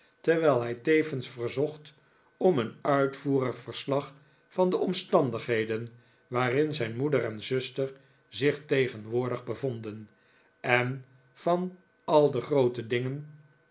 terwijl hij tevens verzocht om een uitvoerig verslag van de omstandigheden waarin zijn moeder en zuster zich tegenwoordig bevonden en van al de groote dingen